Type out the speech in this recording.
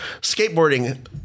skateboarding